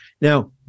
Now